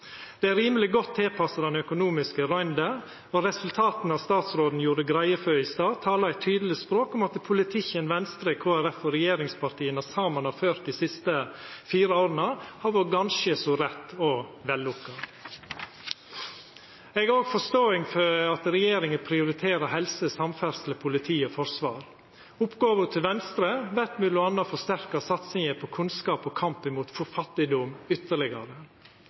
Det er rimeleg godt tilpassa den økonomiske røynda, og resultata statsråden gjorde greie for i stad, talar eit tydeleg språk om at politikken Venstre, Kristeleg Folkeparti og regjeringspartia saman har ført dei siste fire åra, har vore ganske så rett og vellukka. Eg har òg forståing for at regjeringa prioriterer helse, samferdsle, politi og forsvar. Oppgåva til Venstre vert m.a. å forsterka satsinga på kunnskap og kampen mot fattigdom ytterlegare.